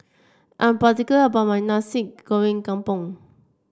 I'm particular about my Nasi Goreng Kampung